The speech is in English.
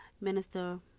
Minister